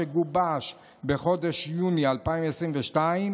שגובש בחודש יוני 2022,